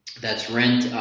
that's rent